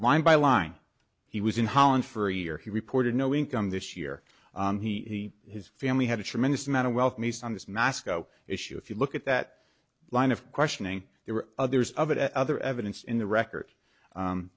line by line he was in holland for a year he reported no income this year he and his family had a tremendous amount of wealth missed on this moscow issue if you look at that line of questioning there were others of it at other evidence in the record